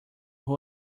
who